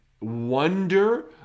wonder